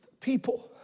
people